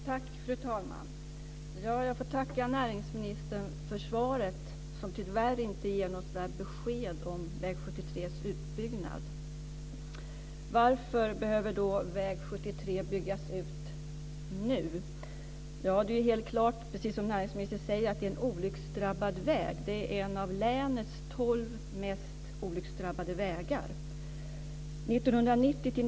Fru talman! Jag får tacka näringsministern för svaret, som tyvärr inte ger något besked om väg 73:s utbyggnad. Varför behöver då väg 73 byggas ut nu? Ja, det är helt klart, precis som näringsministern säger, att det är en olycksdrabbad väg. Det är en av länets tolv mest olycksdrabbade vägar.